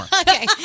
Okay